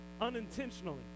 unintentionally